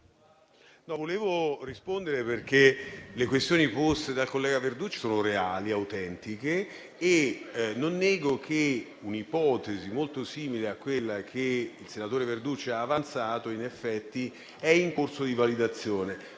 vorrei rispondere, perché le questioni poste dal collega Verducci sono reali e autentiche e non nego che un'ipotesi molto simile a quella che egli ha avanzato è in corso di validazione.